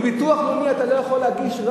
בביטוח לאומי אתה לא יכול להגיש,